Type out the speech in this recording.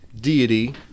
deity